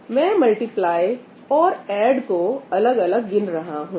मैं मल्टीप्लाई और ऐड को अलग अलग गिन रहा हूं